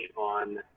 on